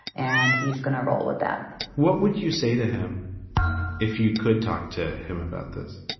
and he is going to roll with that what would you say to him if you could talk to him about this?